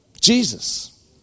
Jesus